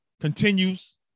continues